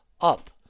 up